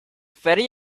very